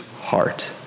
heart